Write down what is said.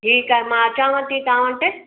ठीकु आहे मां अचांव थी तव्हां वटि